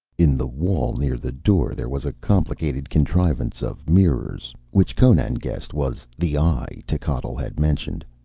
in the wall near the door there was a complicated contrivance of mirrors which conan guessed was the eye techotl had mentioned,